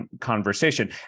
conversation